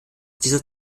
dieser